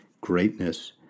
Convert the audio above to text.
greatness